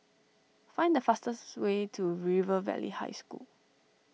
find the fastest way to River Valley High School